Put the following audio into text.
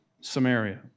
Samaria